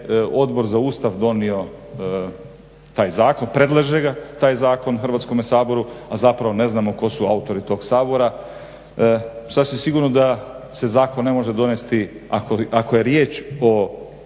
Odbor za Ustav donio taj zakon, predlaže taj zakon Hrvatskome saboru, a zapravo ne znamo tko su autori tog zakona. Sasvim sigurno da se zakon ne može donijeti ako je riječ o